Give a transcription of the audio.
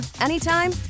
anytime